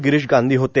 गिरीश गांधी होते